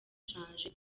change